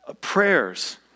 prayers